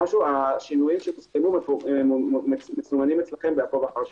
השינויים מסומנים מעקוב אחר שינויים,